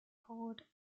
ford